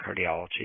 cardiology